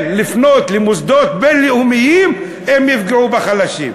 לפנות למוסדות בין-לאומיים אם יפגעו בחלשים,